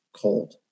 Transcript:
cold